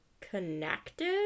connected